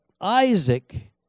Isaac